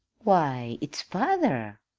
why it's father!